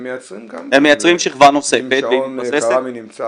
מייצגים גם -- הם מייצרים שכבה -- אם שעון קרמי נמצא